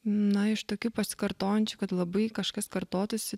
na iš tokių pasikartojančių kad labai kažkas kartotųsi